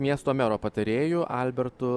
miesto mero patarėju albertu